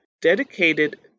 dedicated